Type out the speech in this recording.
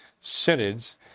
synods